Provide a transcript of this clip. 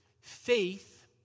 faith